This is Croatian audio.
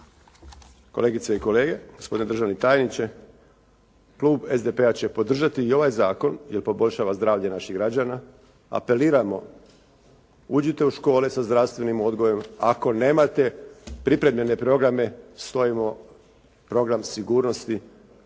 kolegice i kolege, državni tajniče, klub SDP-a će podržati i ovaj zakon jer poboljšava zdravlje naših građana. Apeliramo uđite u škole sa zdravstvenim odgojem. Ako nemate pripremljene programe stojimo program sigurnosti